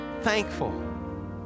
Thankful